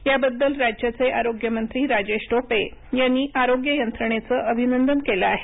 याबद्दल राज्याचे आरोग्य मंत्री राजेश टोपे यांनी आरोग्य यंत्रणेचं अभिनंदन केलं आहे